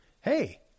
Hey